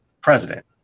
president